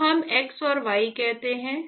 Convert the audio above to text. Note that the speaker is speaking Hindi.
तो हम x और y कहते हैं